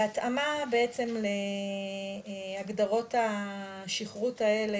בהתאמה בעצם להגדרות השכרות האלה,